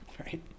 Right